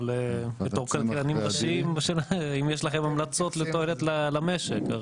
אבל בתור כלכלנים ראשיים השאלה היא אם יש לכם המלצות לתועלת למשק.